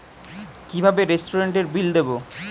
কিভাবে রেস্টুরেন্টের বিল দেবো?